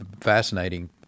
fascinating